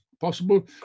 possible